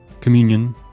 communion